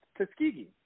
tuskegee